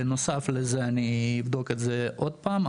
בנוסף לזה אני אבדוק את זה עוד פעם,